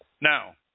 Now